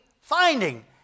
finding